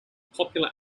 popular